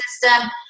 system